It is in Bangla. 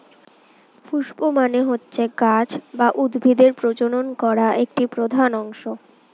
পুস্প মানে হচ্ছে গাছ বা উদ্ভিদের প্রজনন করা একটি প্রধান অংশ